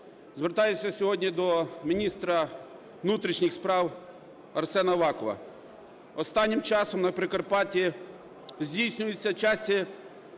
Звертаюся сьогодні до міністра внутрішніх справ Арсена Авакова. Останнім часом на Прикарпатті здійснюються часті